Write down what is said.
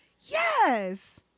Yes